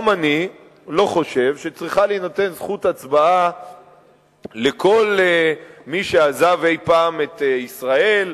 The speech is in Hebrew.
גם אני לא חושב שצריכה להינתן זכות הצבעה לכל מי שעזב אי-פעם את ישראל,